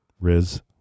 Riz